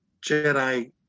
Jedi